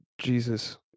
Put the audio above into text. jesus